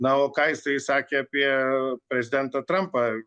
na o ką jisai sakė apie prezidentą trampą